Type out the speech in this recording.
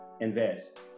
Invest